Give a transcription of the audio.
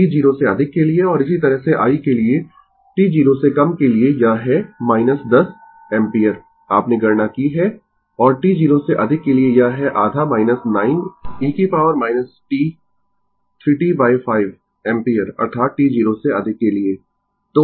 और इसी तरह से i के लिए t 0 से कम के लिए यह है 10 एम्पीयर आपने गणना की है और t 0 से अधिक के लिए यह है आधा 9e t 3 t 5 एम्पीयर अर्थात t 0 से अधिक के लिए